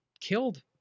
killed